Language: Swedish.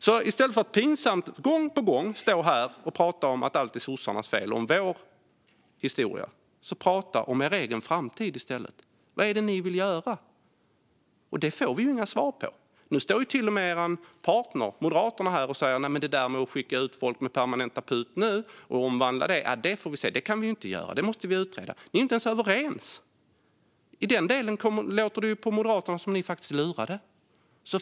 I stället för att vara pinsam och stå här gång på gång och prata om att allt är sossarnas fel och om vår historia - prata om er egen framtid! Vad är det ni vill göra? Det får vi inga svar på. Nu står till och med er partner Moderaterna här och säger: När det gäller det där med att skicka ut folk med permanenta uppehållstillstånd nu och omvandla dem får vi se. Det kan vi ju inte göra, utan det måste vi utreda. Ni är ju inte ens överens! I den delen låter det på Moderaterna som att ni faktiskt är lurade.